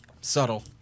Subtle